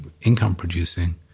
income-producing